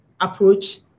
approach